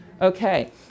Okay